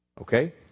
Okay